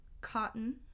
cotton